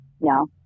no